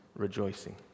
rejoicing